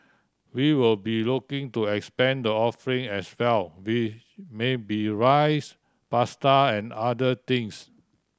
we will be looking to expand the offering as well with maybe rice pasta and other things